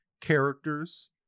characters